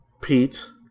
Pete